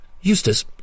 Eustace